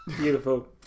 Beautiful